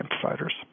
providers